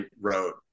wrote